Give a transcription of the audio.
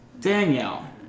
Danielle